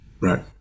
Right